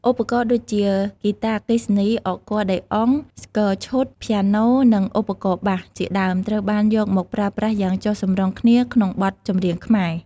ឧបករណ៍ដូចជា ហ្គីតាអគ្គិសនី , អង្គ័រដេអុង , ស្គរឈុត , ព្យាណូនិង ឧបករណ៍បាស ជាដើម ត្រូវបានយកមកប្រើប្រាស់យ៉ាងចុះសម្រុងគ្នាក្នុងបទចម្រៀងខ្មែរ។